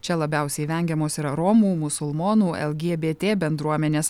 čia labiausiai vengiamos yra romų musulmonų lgbt bendruomenės